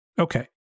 Okay